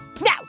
Now